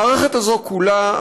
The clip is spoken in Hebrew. המערכת הזאת כולה,